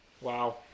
Wow